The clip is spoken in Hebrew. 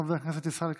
חבר הכנסת ישראל כץ,